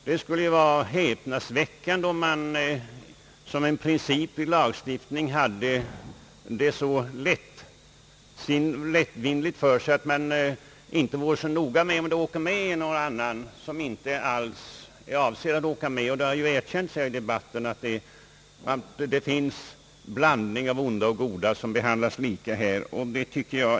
Det skulle ju vara häpnadsväckande 'om man tillämpade en lagstiftning så lättvindigt att man inte var så noga med om en eller annan drabbades av dem som inte var avsedda att drabbas — det har ju erkänts här i debatten att det finns en blandning av onda och goda, som kommer att behandlas lika.